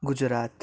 Gujarat